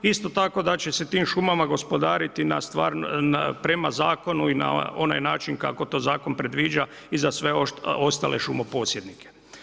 Isto tako da će se tim šumama gospodariti prema zakonu i na onaj način kako to zakon predviđa i za sve ostale šumo posjednike.